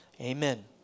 amen